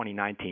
2019